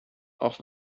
auch